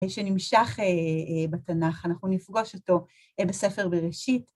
שנמשך בתנ״ך, אנחנו נפגוש אותו בספר בראשית.